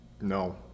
No